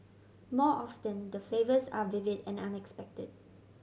more often the flavours are vivid and unexpected